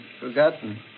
forgotten